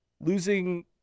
Losing